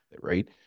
Right